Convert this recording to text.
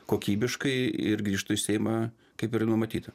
kokybiškai ir grįžtų į seimą kaip ir numatyta